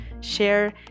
share